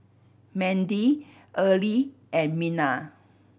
Mandi Earlie and Minna